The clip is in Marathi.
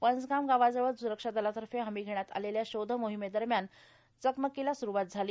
पंझगाम गावाजवळ स्रक्षादलातर्फे हमी घेण्यात आलेल्या शोधमोहिमे दरम्यान चकमकीला स्रवात झाली